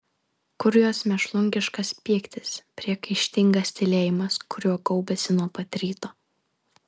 kur jos mėšlungiškas pyktis priekaištingas tylėjimas kuriuo gaubėsi nuo pat ryto